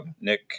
Nick